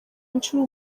inshuro